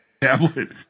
tablet